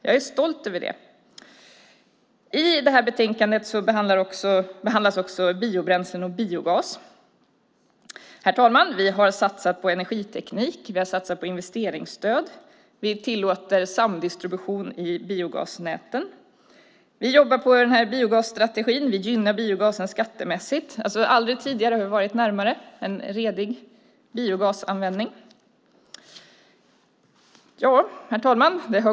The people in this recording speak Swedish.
Jag är stolt över den. Herr talman! I betänkandet behandlas även biobränslen och biogas. Vi har satsat på energiteknik och på investeringsstöd. Vi tillåter samdistribution i biogasnäten. Vi jobbar på biogasstrategin genom att gynna biogasen skattemässigt. Aldrig tidigare har vi varit närmare en redig biogasanvändning.